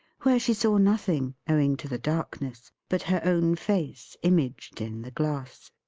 where she saw nothing, owing to the darkness, but her own face imaged in the glass.